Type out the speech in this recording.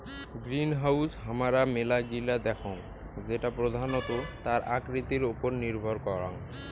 greenhouse হামারা মেলা গিলা দেখঙ যেটা প্রধানত তার আকৃতির ওপর নির্ভর করাং